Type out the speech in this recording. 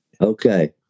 Okay